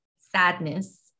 sadness